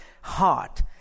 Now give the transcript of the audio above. heart